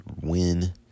win